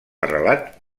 arrelat